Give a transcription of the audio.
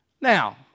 Now